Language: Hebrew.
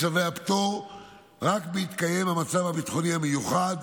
צווי הפטור רק בהתקיים המצב הביטחוני המיוחד,